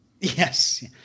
Yes